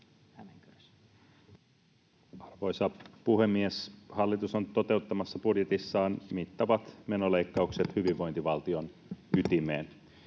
Arvoisa puhemies! Hallitus on toteuttamassa budjetissaan mittavat menoleikkaukset hyvinvointivaltion ytimeen.